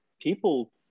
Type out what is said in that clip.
people